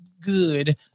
good